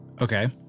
Okay